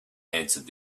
answered